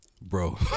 Bro